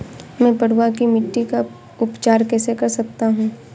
मैं पडुआ की मिट्टी का उपचार कैसे कर सकता हूँ?